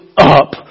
up